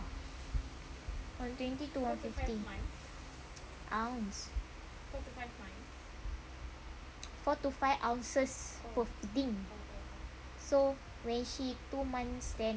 one twenty to one fifty ounce four to five ounces per feeding so when she two months then